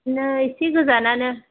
बिदिनो एसे गोजानानो